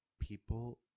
people